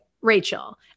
Rachel